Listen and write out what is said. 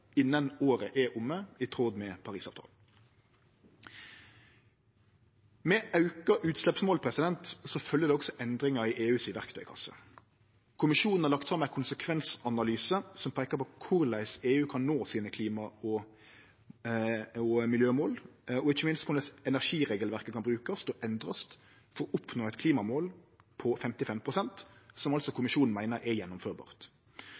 innan året er omme, i tråd med Parisavtalen. Med auka utsleppsmål følgjer det også endringar i EUs verktøykasse. Kommisjonen har lagt fram ein konsekvensanalyse som peikar på korleis EU kan nå sine klima- og miljømål, og ikkje minst korleis energiregelverket kan brukast og endrast for å oppnå eit klimamål på 55 pst., som Kommisjonen altså meiner er gjennomførbart.